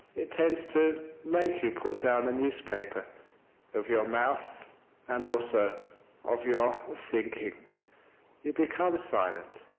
it tends to make you put down the newspaper of your mouth and also of your thinking. you become silent.